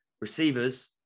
Receivers